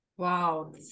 Wow